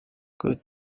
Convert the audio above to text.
good